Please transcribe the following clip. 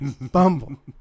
Bumble